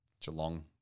Geelong